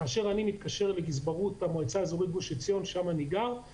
כאשר אני מתקשר לגזברות המועצה האזורית גוש עציון שם אני גר אז